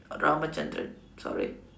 RamaChandran sorry